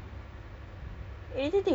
I